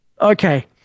Okay